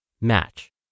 match